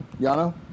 Yano